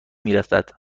میرسد